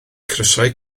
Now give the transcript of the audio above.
crysau